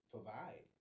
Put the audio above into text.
Provide